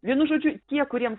vienu žodžiu tie kuriems